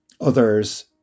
others